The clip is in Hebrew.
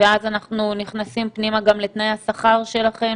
ואז אנחנו נכנסים פנימה גם לתנאי השכר שלכם,